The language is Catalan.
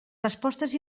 respostes